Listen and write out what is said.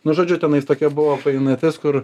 nu žodžiu tenais tokia buvo painatis kur